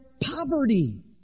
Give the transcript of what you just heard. poverty